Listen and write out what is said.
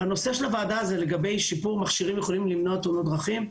הנושא של הוועדה הוא לגבי האם שיפור מכשירים יכול למנוע תאונות דרכים?